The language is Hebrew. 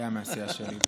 היה מהסיעה שלי.